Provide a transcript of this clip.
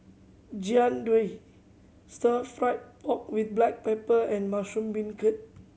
Jian Dui Stir Fry pork with black pepper and mushroom beancurd